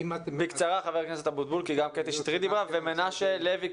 חבר הכנסת אבוטבול, בבקשה, בקצרה.